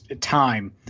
time